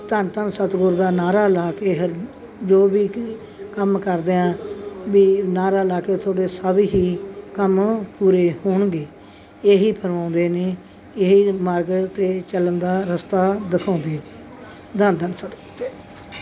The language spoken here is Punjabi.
ਧੰਨ ਧੰਨ ਸਤਿਗੁਰੂ ਦਾ ਨਾਹਰਾ ਲਾ ਕੇ ਹ ਜੋ ਵੀ ਕੰਮ ਕਰਦਿਆਂ ਵੀ ਨਾਹਰਾ ਲਾ ਕੇ ਤੁਹਾਡੇ ਸਭ ਹੀ ਕੰਮ ਪੂਰੇ ਹੋਣਗੇ ਇਹੀ ਫਰਮਾਉਂਦੇ ਨੇ ਇਹ ਮਾਰਗ 'ਤੇ ਚੱਲਣ ਦਾ ਰਸਤਾ ਦਿਖਾਉਂਦੇ ਧੰਨ ਧੰਨ ਸਤਿਗੁਰੂ